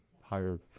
higher